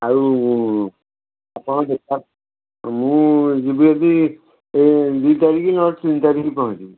ଆଉ ଆପଣ ଦେଖାନ୍ତୁ ମୁଁ ଯିବି ଯଦି ଏହି ଦୁଇ ତାରିଖ ନହେଲେ ତିନି ତାରିଖ ପରେ ଯିବି